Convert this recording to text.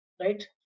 right